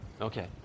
okay